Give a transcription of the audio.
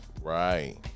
Right